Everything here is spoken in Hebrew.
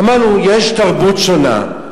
אמרנו: יש תרבות שונה,